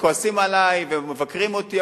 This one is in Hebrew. וכועסים עלי ומבקרים אותי,